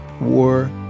war